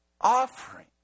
offering